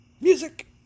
Music